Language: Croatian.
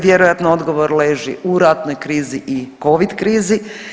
Vjerojatno odgovor leži u ratnoj krizi i covid krizi.